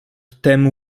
temu